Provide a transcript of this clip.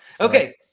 Okay